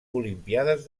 olimpíades